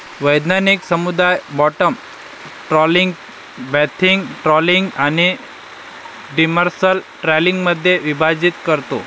वैज्ञानिक समुदाय बॉटम ट्रॉलिंगला बेंथिक ट्रॉलिंग आणि डिमर्सल ट्रॉलिंगमध्ये विभाजित करतो